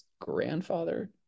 grandfather